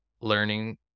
learning